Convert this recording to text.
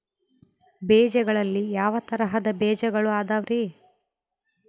ಬೇಜಗಳಲ್ಲಿ ಯಾವ ತರಹದ ಬೇಜಗಳು ಅದವರಿ?